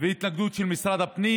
שם והתנגדות של משרד הפנים.